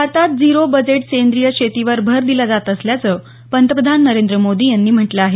भारतात zero budget सेंद्रीय शेतीवर भर दिला जात असल्याचं पंतप्रधान नरेंद्र मोदी यांनी म्हटलं आहे